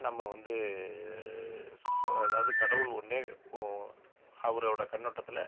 நம்ம வந்து ஸ் அதாவது கடவுள் ஒன்றே அவரோட கண்ணோட்டத்தில்